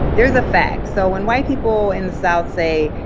they're the facts. so, when white people in the south say,